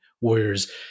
Warriors